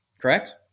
Correct